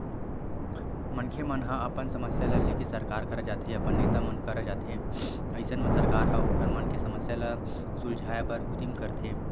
मनखे मन ह अपन समस्या ल लेके सरकार करा जाथे अपन नेता मन करा जाथे अइसन म सरकार ह ओखर मन के समस्या ल सुलझाय बर उदीम करथे